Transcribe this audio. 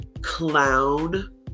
clown